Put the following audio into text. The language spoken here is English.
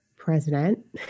president